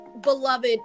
beloved